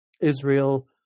Israel